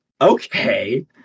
okay